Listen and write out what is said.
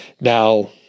Now